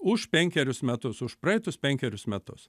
už penkerius metus už praeitus penkerius metus